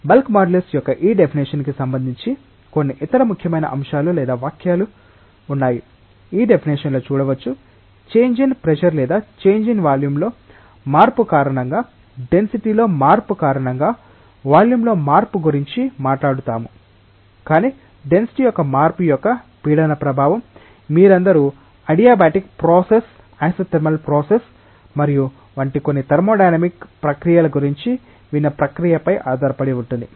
bulk modulus యొక్క ఈ definition కి సంబంధించి కొన్ని ఇతర ముఖ్యమైన అంశాలు లేదా వ్యాఖ్యలు ఉన్నాయి ఈ డెఫినేషన్ లో చూడవచ్చు చేంజ్ ఇన్ ప్రెషర్ లేదా చేంజ్ ఇన్ వాల్యూమ్లో మార్పు కారణంగా డెన్సిటీలో మార్పు కారణంగా వాల్యూమ్లో మార్పు గురించి మాట్లాడాము కానీ డెన్సిటీ యొక్క మార్పు యొక్క పీడన ప్రభావం మీరందరూ అడియాబాటిక్ ప్రాసెస్ ఐసోథర్మల్ ప్రాసెస్ మరియు వంటి కొన్ని థర్మోడైనమిక్ ప్రక్రియల గురించి విన్న ప్రక్రియపై ఆధారపడి ఉంటుంది